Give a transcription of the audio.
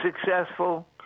successful